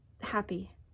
happy